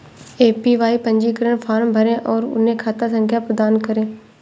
APY पंजीकरण form भरें और उन्हें खाता संख्या प्रदान करें